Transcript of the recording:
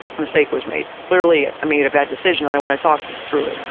mistake was made. clearly, i made a bad decision and i want to talk through it.